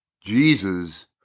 Jesus